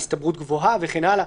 "הסתברות גבוהה" וכן הלאה,